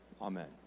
amen